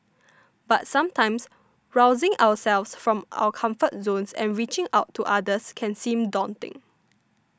but sometimes rousing ourselves from our comfort zones and reaching out to others can seem daunting